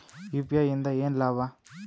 UPI ಇಂದ ಏನ್ ಲಾಭ?